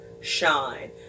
shine